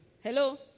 Hello